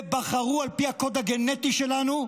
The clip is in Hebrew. ובחרו על פי הקוד הגנטי שלנו,